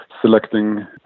selecting